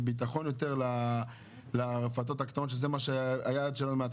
אתמול הודיע שר האוצר שהוא שם וטו לשר הרווחה כרגע עד יום ראשון,